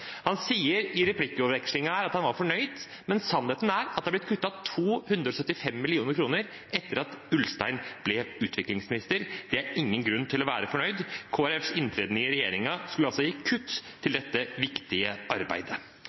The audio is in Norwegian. Han sa i replikkvekslingen at han var fornøyd, men sannheten er at det har blitt kuttet 275 mill. kr etter at Dag-Inge Ulstein ble utviklingsminister. Det er ingen grunn til å være fornøyd. Kristelig Folkepartis inntreden i regjeringen skulle altså gi kutt til dette viktige arbeidet.